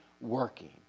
working